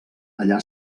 allà